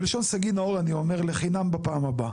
בלשון סגי נהור, לחינם בפעם הבאה.